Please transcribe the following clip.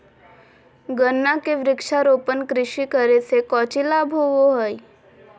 गन्ना के वृक्षारोपण कृषि करे से कौची लाभ होबो हइ?